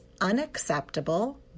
unacceptable